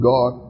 God